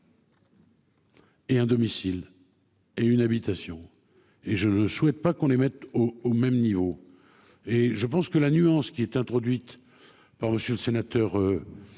Et un domicile et une habitation et je ne souhaite pas qu'on les mette au même niveau. Et je pense que la nuance qui est introduite par monsieur le sénateur.